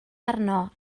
arno